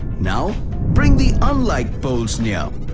now bring the unlike poles near.